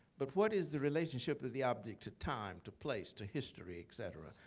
but what is the relationship with the object of time, to place, to history, et cetera.